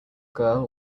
girl